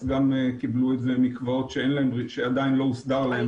אז גם קיבלו את זה מקוואות שעדיין לא הוסדר להם.